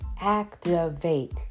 activate